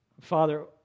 Father